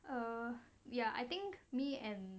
err ya I think me and